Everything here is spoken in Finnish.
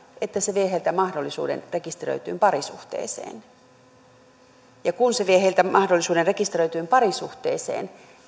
että se vie heiltä mahdollisuuden rekisteröityyn parisuhteeseen ja kun se vie heiltä mahdollisuuden rekisteröityyn parisuhteeseen